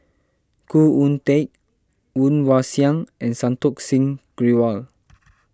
Khoo Oon Teik Woon Wah Siang and Santokh Singh Grewal